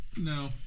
No